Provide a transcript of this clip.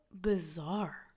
bizarre